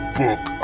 book